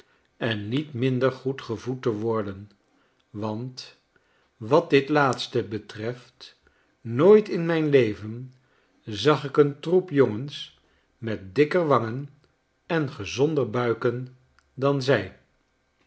en niet minder goed gevoed te worden want wat dit laatste betreft nooit in mijn leven zag ik een troep jongens met dikker wangen en gezonder buiken dan zij